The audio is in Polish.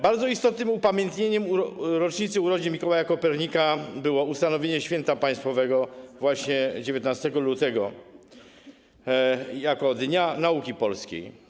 Bardzo istotnym upamiętnieniem rocznicy urodzin Mikołaja Kopernika było ustanowienie święta państwowego właśnie 19 lutego, jako Dnia Nauki Polskiej.